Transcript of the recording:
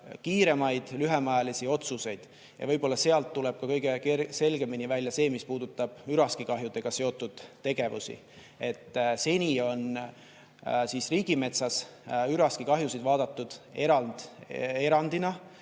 kiiremaid lühemaajalisi otsuseid. Ja võib-olla sealt tuleb ka kõige selgemini välja see, mis puudutab üraskikahjudega seotud tegevusi. Seni on riigimetsas üraskikahjusid vaadatud erandina